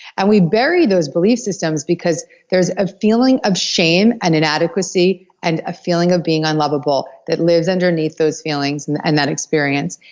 and we bury those belief systems because there's a feeling of shame, and inadequacy, and a feeling of being unlovable that lives under those feelings and and that experience.